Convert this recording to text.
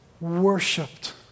worshipped